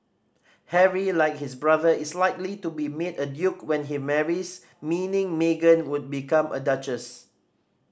Harry like his brother is likely to be made a duke when he marries meaning Meghan would become a duchess